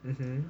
mmhmm